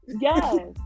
Yes